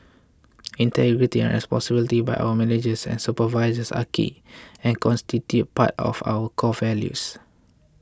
integrity and responsibility by our managers and supervisors are key and constitute part of our core values